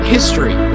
History